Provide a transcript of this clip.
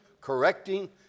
correcting